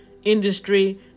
Industry